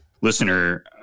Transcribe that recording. listener